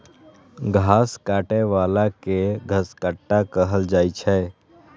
घास काटै बला कें घसकट्टा कहल जाइ छै